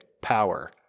power